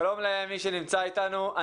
שלום למי שנמצא איתנו.